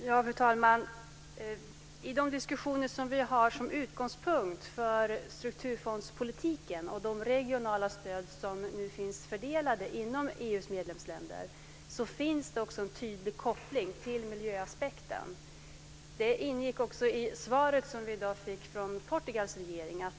Fru talman! I de diskussioner som vi har som utgångspunkt för strukturfondspolitiken och de regionala stöd som nu finns fördelade inom EU:s medlemsländer finns det också en tydlig koppling till miljöaspekten. Det ingick också i det svar som vi i dag fick från Portugals regering.